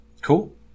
cool